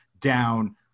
down